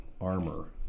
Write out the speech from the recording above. armor